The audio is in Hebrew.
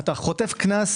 אתה חוטף קנס,